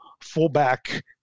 fullback